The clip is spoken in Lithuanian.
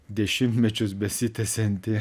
dešimtmečius besitęsiantį